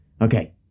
Okay